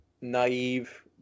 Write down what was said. naive